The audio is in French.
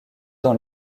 dans